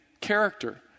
character